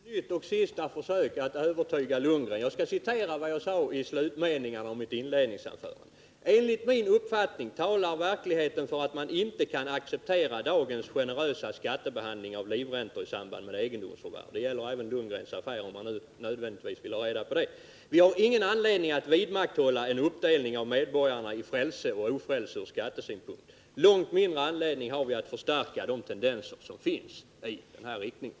Herr talman! Jag skall göra ett nytt och sista försök att övertyga Bo Lundgren genom att citera vad jag sade i slutet av mitt inledningsanförande: ”Enligt min uppfattning talar verkligheten för att man inte kan acceptera dagens generösa skattebehandling av livräntor i samband med egendomsförvärv” — det gäller även Bo Lundgrens affärer, om han nu nödvändigtvis vill ha reda på det. ”Vi har ingen anledning att vidmakthålla en uppdelning av medborgarna i frälse och ofrälse ur skattesynpunkt. Långt mindre anledning har vi att förstärka de tendenser som finns i den här riktningen.”